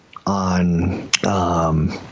on